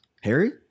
Harry